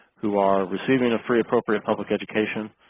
who are receiving a free appropriate public education,